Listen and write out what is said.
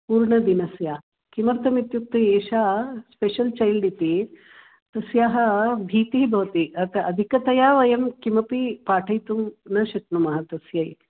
पूर्णदिनस्य किमर्थमित्युक्ते एषा special child इति तस्याः भीतिः भवति अतः अधिकतया वयं किमपि पाठयितुं न शक्नुमः तस्य